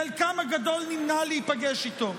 חלקם הגדול נמנעו מלהיפגש איתו.